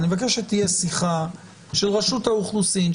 אני מבקש שתהיה שיחה של רשות האוכלוסין,